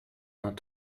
not